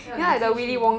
then 要你进去